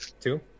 two